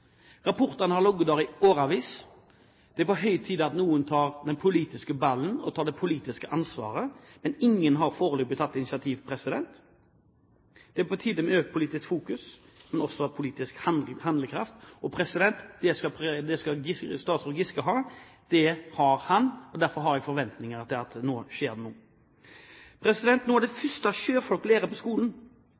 Rapportene har ligget der i årevis. Det er på høy tid at noen tar den politiske ballen og det politiske ansvaret. Men ingen har foreløpig tatt initiativ. Det er på tide med økt politisk fokus, men også politisk handlekraft. Det skal statsråd Giske ha – det har han. Derfor har jeg forventninger til at det skjer noe nå. Noe av det første sjøfolk lærer på skolen